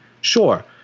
sure